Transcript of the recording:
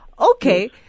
Okay